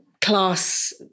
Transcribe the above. class